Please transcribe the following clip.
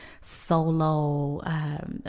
solo